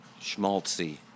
schmaltzy